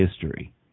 history